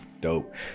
dope